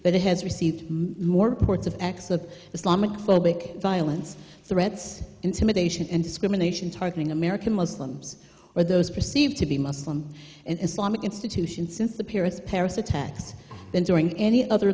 that it has received more ports of acts of islamic phobic violence threats intimidation and discrimination targeting american muslims or those perceived to be muslim and islamic institution since the paris paris attacks than during any other